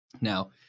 Now